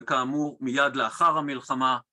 כאמור מיד לאחר המלחמה.